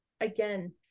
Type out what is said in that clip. again